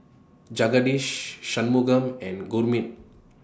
Jagadish Shunmugam and Gurmeet